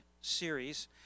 series